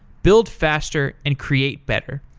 build faster and create better.